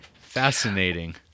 Fascinating